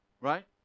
Right